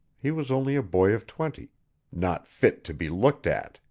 he was only a boy of twenty not fit to be looked at,